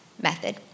method